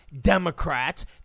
Democrats